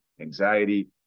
anxiety